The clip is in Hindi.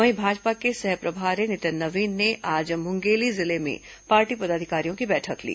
वहीं भाजपा के सह प्रभारी नितिन नवीन ने आज मुंगेली जिले में पार्टी पदाधिकारियों की बैठक ली